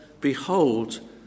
behold